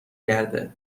گرده